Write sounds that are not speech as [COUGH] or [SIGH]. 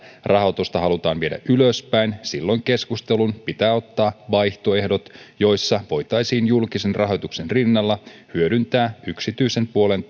rahoitusta puolestaan halutaan viedä ylöspäin silloin keskusteluun pitää ottaa vaihtoehdot joissa voitaisiin julkisen rahoituksen rinnalla hyödyntää yksityisen puolen [UNINTELLIGIBLE]